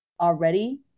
already